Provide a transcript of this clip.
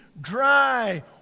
dry